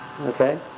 Okay